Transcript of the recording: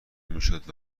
میشد